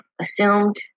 assumed